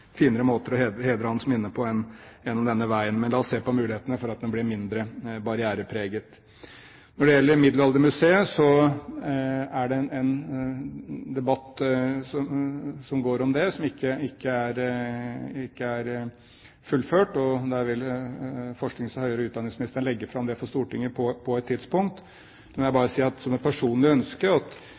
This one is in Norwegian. finere måter å hedre hans minne på enn gjennom denne veien. Men la oss se på mulighetene for at den blir mindre barrierepreget. Når det gjelder Middelaldermuseet, er det en debatt som går om det, som ikke er fullført, og der vil forsknings- og høyere utdanningsministeren på et tidspunkt legge fram det for Stortinget. Men jeg vil bare si som et personlig ønske